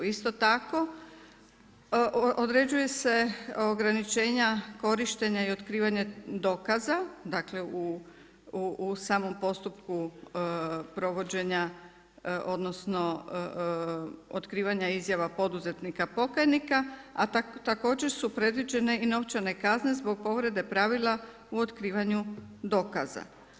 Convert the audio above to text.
Isto tako određuje se ograničenja korištenja i otkrivanja dokaza, dakle u samom postupku provođenja odnosno otkrivanja izjava poduzetnika pokajnika, a također su predviđene i novčane kazne zbog povrede pravila u otkrivanju dokaza.